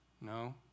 No